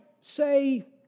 say